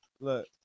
Look